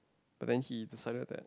but then he decided that